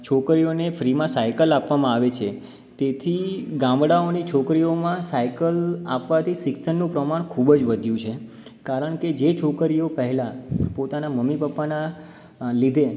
છોકરીઓને ફ્રીમાં સાઇકલ આપવામાં આવે છે તેથી ગામડાઓની છોકરીઓમાં સાઇકલ આપવાથી શિક્ષણનું પ્રમાણ ખૂબ જ વધ્યું છે કારણ કે જે છોકરીઓ પહેલાં પોતાનાં મમ્મી પપ્પાનાં લીધે